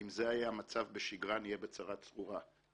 אם זה יהיה המצב בשגרה נהיה בצרה צרורה.